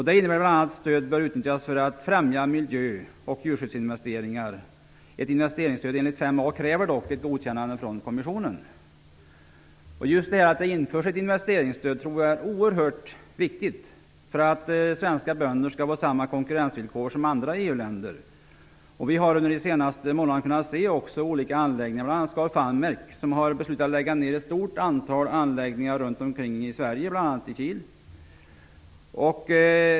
Det innebär bl.a. att stöd bör utnyttjas för att främja miljö och djurskyddsinvesteringar. Ett investeringsstöd enligt mål 5a kräver dock ett godkännande från kommissionen. Just det faktum att det införs ett investeringsstöd tror jag är oerhört viktigt för att svenska bönder skall få samma konkurrensvillkor som bönderna i andra EU-länder. Under de senaste månaderna har bl.a. Scan Farmek beslutat lägga ner ett stort antal anläggningar runt om i Sverige, bl.a. i Kil.